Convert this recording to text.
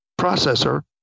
processor